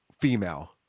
female